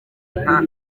nta